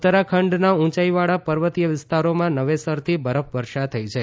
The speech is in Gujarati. ઉત્તરાખંડના ઉંચાઇવાળા પર્વતીય વિસ્તારોમાં નવેસરથી બરફવર્ષા થઇ છે